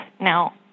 Now